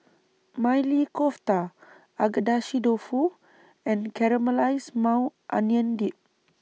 Maili Kofta Agedashi Dofu and Caramelized Maui Onion Dip